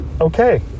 okay